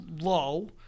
Low